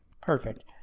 Perfect